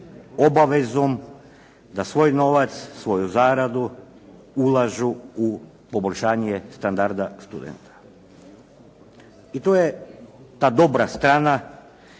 obavezom da svoj novac, svoju zaradu ulažu u poboljšanje standarda studenta. I to je ta dobra strana